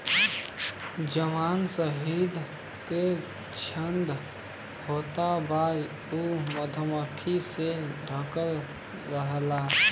जवन शहद के छत्ता होत बा उ मधुमक्खी से ढकल रहेला